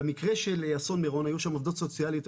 במקרה של אסון מירון היו שם עובדות סוציאליות,